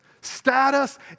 status